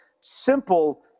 simple